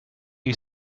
you